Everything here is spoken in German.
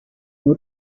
nur